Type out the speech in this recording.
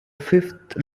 fifth